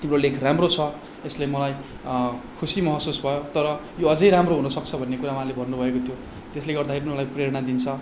तिम्रो लेख राम्रो छ यसले मलाई खुसी महसुस भयो तर यो अझै राम्रो हुन सक्छ भन्ने कुरा उहाँले भन्नुभएको थियो त्यसले गर्दाखेरि पनि मलाई प्रेरणा दिन्छ